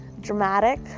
dramatic